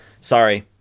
Sorry